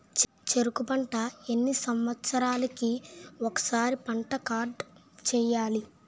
చెరుకు పంట ఎన్ని సంవత్సరాలకి ఒక్కసారి పంట కార్డ్ చెయ్యాలి?